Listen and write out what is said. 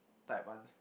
type ones